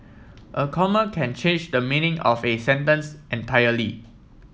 a comma can change the meaning of a sentence entirely